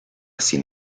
sin